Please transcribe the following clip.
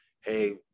hey